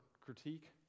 critique